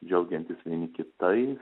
džiaugiantis vieni kitais